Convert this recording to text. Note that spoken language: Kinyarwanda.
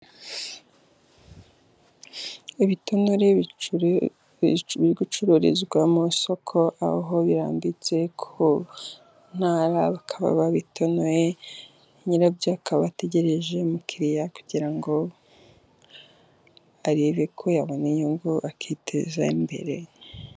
Ibitanure bicururizwa mu isoko aho birambitse ku ntara bakaba babitonoye nyirabyo akaba ategereje umukiriya kugira ngo arebe ko yabona inyungu akiteza imbere.